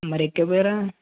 మరి ఎక్కక పోయారా